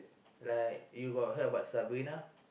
like you got heard about Sabrina